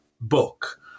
book